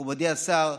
מכובדי השר,